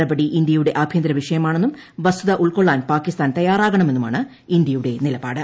നടപടി ഇന്ത്യയുടെ ആഭ്യന്തര വിഷയമാണെന്നും വസ്തുത ഉൾക്കൊള്ളാൻ പാകിസ്ഥാൻ തയ്യാറാകണമെന്നുമാണ് ഇന്ത്യയുടെ നിലപാട്